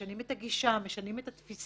משנים את הגישה, משנים את התפיסה.